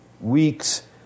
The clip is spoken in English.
weeks